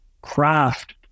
craft